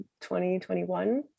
2021